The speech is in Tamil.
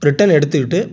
ரிட்டர்ன் எடுத்துகிட்டு